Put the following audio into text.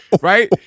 right